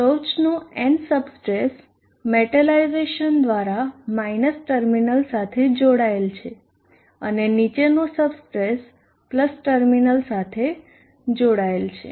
ટોચનો N substrate metallization દ્વારા minus terminal સાથે જોડાયેલ છે અને નીચેનો સબસ્ટ્રેટ પ્લસ ટર્મિનલ સાથે જોડાયેલ છે